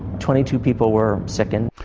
twenty two people were sick. and